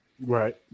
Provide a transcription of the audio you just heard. Right